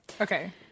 Okay